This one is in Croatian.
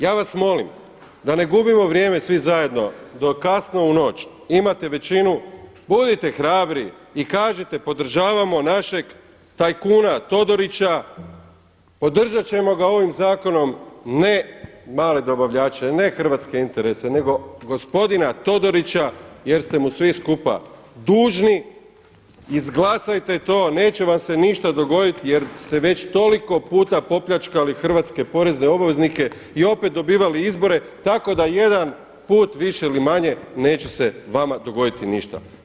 Ja vas molim da ne gubimo vrijeme svi zajedno do kasno u noć, imate većinu, budite hrabri i kažite podržavamo našeg tajkuna Todorića, podržati ćemo ga ovim zakonom, ne male dobavljače, ne hrvatske interese nego gospodina Todorića jer ste mu svi skupa dužni, izglasajte to, neće vam se ništa dogoditi jer ste već toliko puta popljačkali hrvatske porezne obveznike i opet dobivali izbore tako da jedan put više ili manje neće se vama dogoditi ništa.